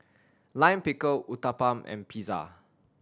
Lime Pickle Uthapam and Pizza